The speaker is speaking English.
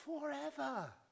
forever